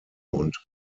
und